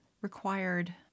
required